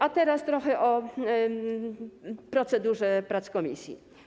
A teraz trochę o procedurze prac komisji.